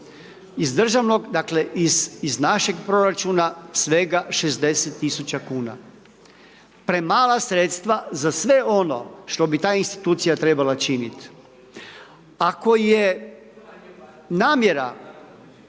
340000 kn. Dakle iz našeg proračuna svega 60000 kn. Premala sredstva za sve ono što bi ta institucija trebala činiti. Ako je namjera